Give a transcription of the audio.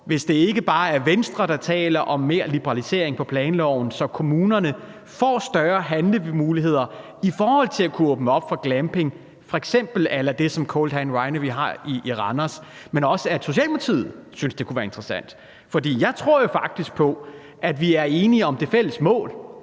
hvis det ikke bare er Venstre, der taler om mere liberalisering i planloven, så kommunerne får større handlemuligheder i forhold til at kunne åbne op for glamping, f.eks. a la det, som Cold Hand Winery har i Randers, men hvis det også er Socialdemokratiet, der synes, at det kunne være interessant. Jeg tror jo faktisk på, at vi er enige om det fælles mål,